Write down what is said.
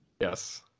yes